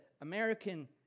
American